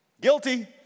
Guilty